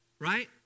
right